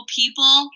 people